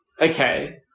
Okay